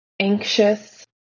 anxious